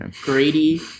Grady